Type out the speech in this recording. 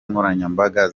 nkoranyambaga